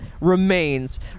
remains